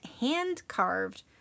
hand-carved